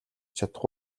чадах